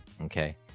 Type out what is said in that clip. okay